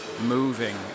moving